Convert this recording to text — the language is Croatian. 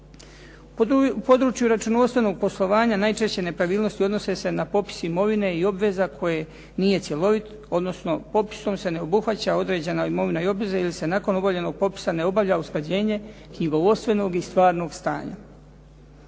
U području računovodstvenog poslovanja najčešće nepravilnosti odnose se na popis imovine i obveza koje nije cjelovit, odnosno popisom se ne obuhvaća određena imovina i obveze ili se nakon obavljenog popisa ne obavlja usklađenje knjigovodstvenog i stvarnog stanja.